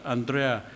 Andrea